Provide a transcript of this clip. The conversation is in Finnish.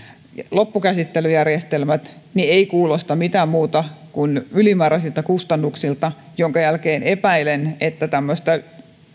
loppukäsittelyjärjestelmänsä ei kuulosta miltään muulta kuin ylimääräisiltä kustannuksilta epäilen tämmöistä